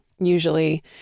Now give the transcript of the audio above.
Usually